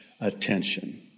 attention